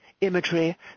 imagery